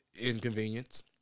Inconvenience